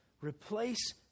replace